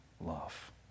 love